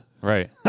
Right